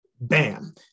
bam